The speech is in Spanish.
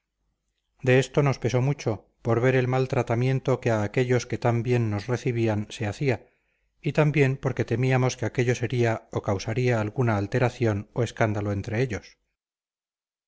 de esto nos pesó mucho por ver el mal tratamiento que a aquéllos que tan bien nos recibían se hacía y también porque temíamos que aquello sería o causaría alguna alteración o escándalo entre ellos